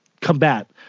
combat